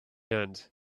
end